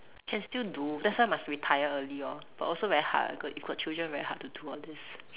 can still do that's why must retire early lor but also very hard if got if got children very hard to do all this